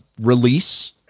release